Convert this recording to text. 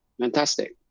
Fantastic